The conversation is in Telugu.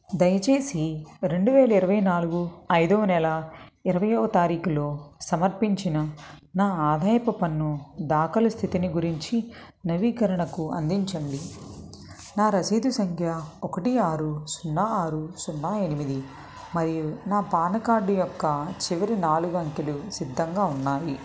దయచేసి రెండు వేల ఇరవై నాలుగు ఐదవ నెల ఇరవయ్యో తారీకులో సమర్పించిన నా ఆదాయపు పన్ను దాఖలు స్థితిని గురించి నవీకరణకు అందించండి నా రసీదు సంఖ్య ఒకటి ఆరు సున్నా ఆరు సున్నా ఎనిమిది మరియు నా పాన్ కార్డు యొక్క చివరి నాలుగు అంకెలు సిద్ధంగా ఉన్నాయి